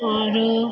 आरो